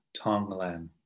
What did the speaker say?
Tonglen